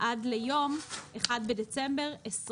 לא יאוחר מיום ל' בחשוון התשפ"ה (1 בדצמבר 2024)."